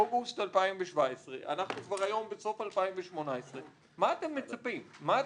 אוגוסט 2017. אנחנו כבר היום בסוף 2018. מה אתם מצפים שיקרה?